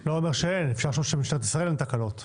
אפשר לחשוב שבמשטרת ישראל אין תקלות.